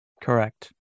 Correct